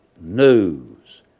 news